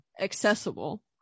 accessible